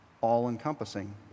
all-encompassing